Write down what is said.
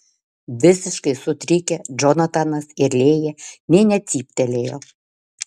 visiškai sutrikę džonatanas ir lėja nė necyptelėjo